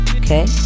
okay